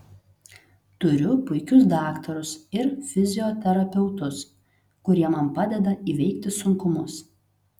turiu puikius daktarus ir fizioterapeutus kurie man padeda įveikti sunkumus